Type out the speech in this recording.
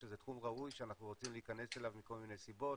שזה תחום ראוי שאנחנו רוצים להיכנס אליו מכל מיני סיבות,